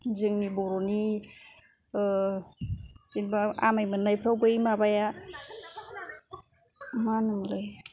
जोंनि बर'नि जेन'बा आमाय मोननायफ्राव बै माबाया मा होनोमोनलाय